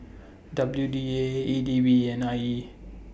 W D A A D B and I E